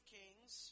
kings